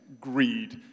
greed